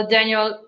Daniel